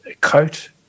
coat